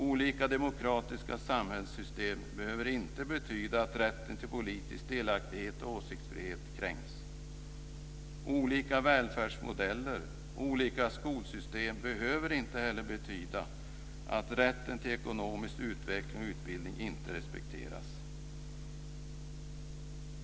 Olika demokratiska samhällssystem behöver inte betyda att rätten till politisk delaktighet och åsiktsfrihet kränks. Olika välfärdsmodeller och olika skolsystem behöver inte heller betyda att rätten till ekonomisk utveckling och utbildning inte respekteras.